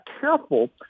careful